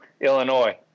Illinois